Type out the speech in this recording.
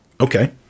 okay